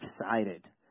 excited